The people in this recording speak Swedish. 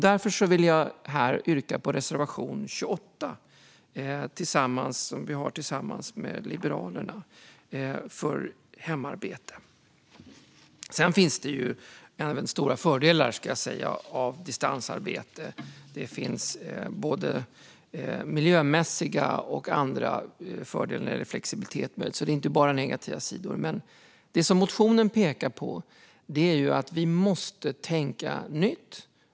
Därför vill jag yrka bifall till reservation 28 om hemarbete, som vi har tillsammans med Liberalerna. Det finns också stora, både miljömässiga och andra, fördelar med distansarbete, till exempel när det gäller flexibilitet. Det är alltså inte bara negativt. Men det vi pekar på i motionen är att man måste tänka på ett nytt sätt.